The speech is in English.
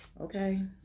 Okay